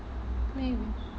but you